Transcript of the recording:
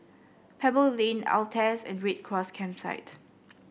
Pebble Lane Altez and Red Cross Campsite